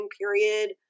period